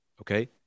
Okay